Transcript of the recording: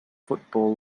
football